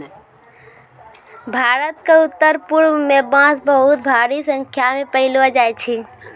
भारत क उत्तरपूर्व म बांस बहुत भारी संख्या म पयलो जाय छै